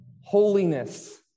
holiness